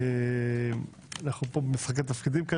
ואנחנו פה במשחקי תפקידים.